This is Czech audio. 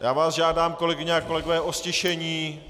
Já vás žádám, kolegyně a kolegové, o ztišení.